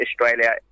Australia